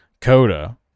Coda